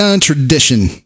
tradition